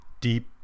deep